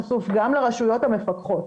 חשוף גם לרשויות המפקחות,